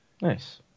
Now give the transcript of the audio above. Nice